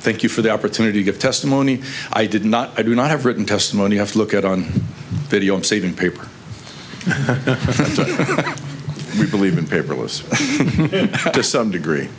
thank you for the opportunity to give testimony i did not i do not have written testimony have to look at on video i'm saving paper we believe in paperless to some degree